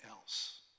else